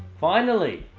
finally!